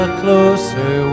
closer